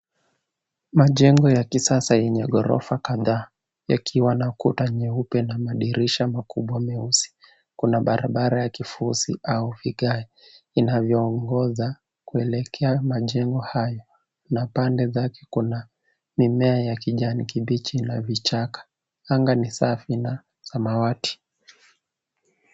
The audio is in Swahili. Majengo ya kisasa yenye ghorofa kadhaa yakiwa na kuta nyeupe na madirisha makubwa meusi. Kuna barabara ya kifusi au vigae vinavyongoza kuelekea majengo hayo na pande zake kuna mimea ya kijani kibichi la vichaka. Anga ni safi na samawati.